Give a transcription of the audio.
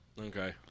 Okay